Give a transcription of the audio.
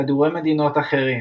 כדורי-מדינות אחרים